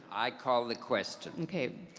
i call the question. okay.